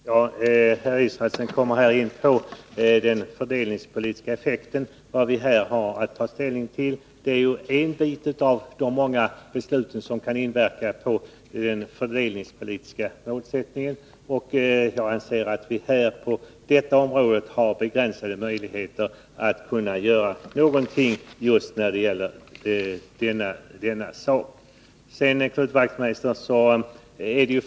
Herr talman! Per Israelsson kommer in på den fördelningspolitiska effekten. Vad vi här har att ta ställning till är ett av de många beslut som kan inverka på den fördelningspolitiska målsättningen. Men på detta område har vi begränsade möjligheter att göra någonting ur den utgångspunkten.